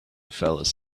fellas